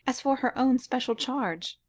as for her own special charge.